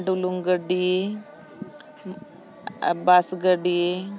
ᱰᱩᱞᱩᱝ ᱜᱟᱹᱰᱤ ᱵᱟᱥ ᱜᱟᱹᱰᱤ